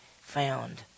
found